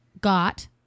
got